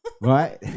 Right